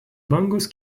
bangos